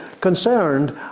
concerned